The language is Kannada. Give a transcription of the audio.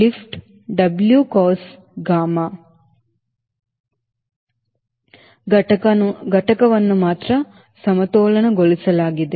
ಲಿಫ್ಟ್ W cos gamma ಘಟಕವನ್ನು ಮಾತ್ರ ಸಮತೋಲನಗೊಳಿಸಲಿದೆ